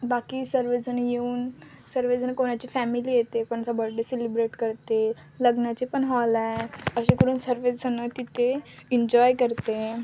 बाकी सर्वजणं येऊन सर्वजणं कोणाची फॅमिली येते कोणाचा बड्डे सेलिब्रेट करते लग्नाची पण हॉल आहे असे करून सर्वजणं तिथे इन्जॉय करते